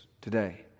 today